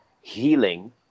healing